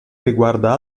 riguarda